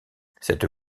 cette